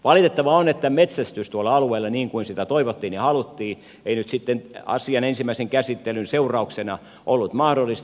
valitettavaa on että metsästys tuolla alueella niin kuin sitä toivottiin ja haluttiin ei nyt sitten asian ensimmäisen käsittelyn seurauksena ollut mahdollista